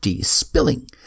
spilling